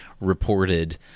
reported